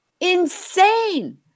insane